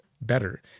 better